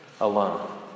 alone